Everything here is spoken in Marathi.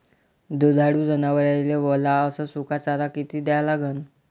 दुधाळू जनावराइले वला अस सुका चारा किती द्या लागन?